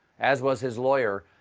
as was his lawyer,